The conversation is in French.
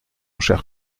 cher